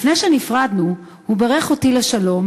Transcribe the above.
לפני שנפרדנו הוא בירך אותי לשלום